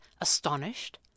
astonished